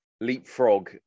leapfrog